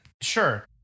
Sure